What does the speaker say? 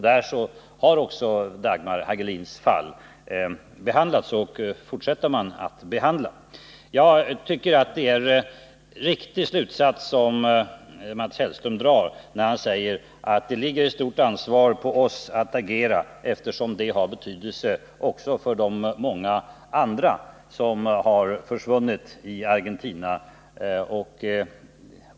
Där har fallet Dagmar Hagelin tagits upp, och behandlingen av fallet fortsätter. Jag tycker att Mats Hellström drar en riktig slutsats när han säger att det ligger ett stort ansvar på oss att agera, eftersom detta har betydelse också för de många andra som försvunnit i Argentina.